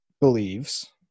believes